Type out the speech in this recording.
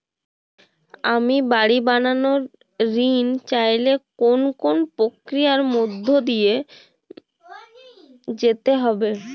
আমি বাড়ি বানানোর ঋণ চাইলে কোন কোন প্রক্রিয়ার মধ্যে দিয়ে যেতে হবে?